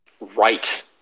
Right